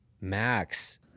max